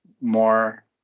more